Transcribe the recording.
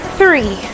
three